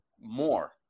more